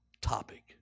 topic